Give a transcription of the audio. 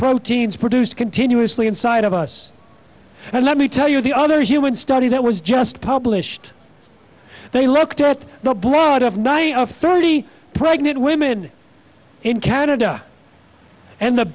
proteins produced continuously inside of us and let me tell you the other human study that was just published they looked at the blood of ninety of thirty pregnant women in canada and the